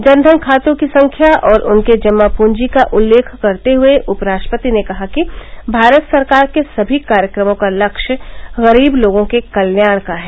जनघन खातों की संख्या और उनके जमा पूंजी का उत्लेख करते हुये उपराष्ट्रपति ने कहा कि भारत सरकार के सभी कार्यक्रमों का लक्ष्य गरीब लोगों के कल्याण का है